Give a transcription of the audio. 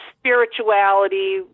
spirituality